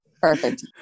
perfect